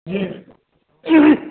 जी